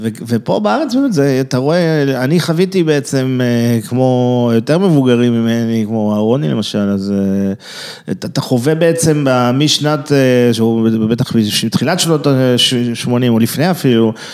ופה בארץ באמת זה, אתה רואה, אני חוויתי בעצם כמו יותר מבוגרים ממני, כמו אהרוני למשל, אז אתה חווה בעצם משנת, בטח מתחילת שנות ה-80' או לפני אפילו.